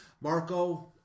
Marco